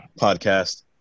podcast